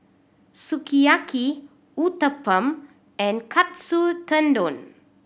Sukiyaki Uthapam and Katsu Tendon